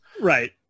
Right